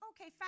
Okay